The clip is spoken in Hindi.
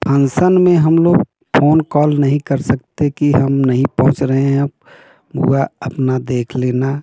फंसन में हम लोग फोन कॉल नहीं कर सकते कि हम नहीं पहुँच रहे हैं अब बुआ अपना देख लेना